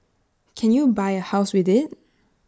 can you buy A house with IT